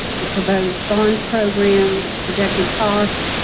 the proposed bond program, its projected cost,